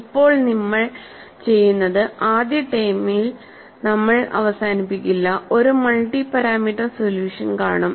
ഇപ്പോൾ നമ്മൾ ചെയ്യുന്നത് ആദ്യ ടേമിൽ നമ്മൾ അവസാനിപ്പിക്കില്ല ഒരു മൾട്ടി പാരാമീറ്റർ സൊല്യൂഷൻ കാണും